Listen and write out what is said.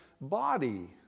body